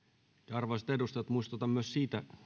arvoisat edustajat muistutan myös siitä